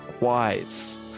wise